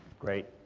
great.